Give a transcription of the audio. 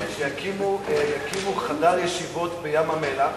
שיקימו חדר ישיבות בים-המלח,